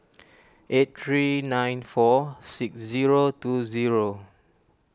eight three nine four six zero two zero